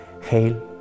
Hail